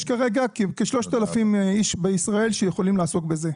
יש כרגע כ-3,000 איש בישראל שיכולים לעסוק בזה.